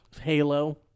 Halo